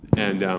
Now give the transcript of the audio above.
and